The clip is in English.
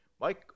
Mike